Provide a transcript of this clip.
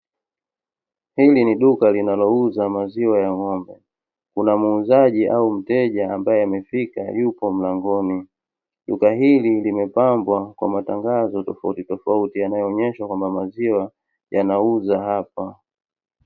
Hili ni duka linalouza maziwa ya ng'ombe; kuna muuzaji au mteja ambaye amefika yupo mlangoni. Duka hili limepambwa kwa matangazo tofautitofauti yanayoonyeshwa kwamba maziwa yanauzwa hapa.